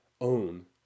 own